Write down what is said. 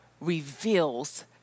reveals